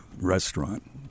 restaurant